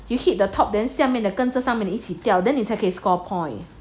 you hit the top then 下面的跟着上面的一起掉 then you 才可以 score point